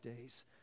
days